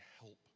help